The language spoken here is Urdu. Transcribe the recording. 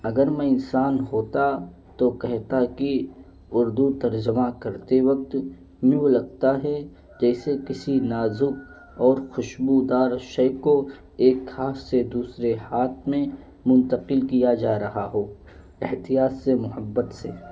اگر میں انسان ہوتا تو کہتا کہ اردو ترجمہ کرتے وقت میو لگتا ہے جیسے کسی نازک اور خوشبودار شے کو ایک خاص سے دوسرے ہاتھ میں منتقل کیا جا رہا ہو احتیاط سے محبت سے